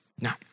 Now